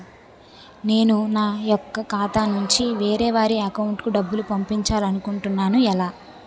నేను నా యెక్క ఖాతా నుంచి వేరే వారి అకౌంట్ కు డబ్బులు పంపించాలనుకుంటున్నా ఎలా?